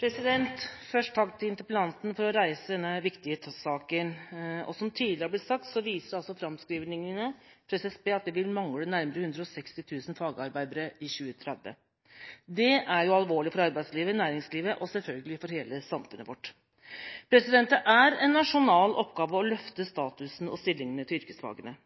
tidligere er blitt sagt, viser framskrivingene fra SSB at det vil mangle nærmere 160 000 fagarbeidere i 2030. Det er alvorlig for arbeidslivet, næringslivet og selvfølgelig for hele samfunnet vårt. Det er en nasjonal oppgave å løfte statusen og stillingen til yrkesfagene.